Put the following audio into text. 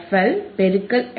L பெருக்கல் F